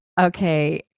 Okay